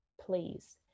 Please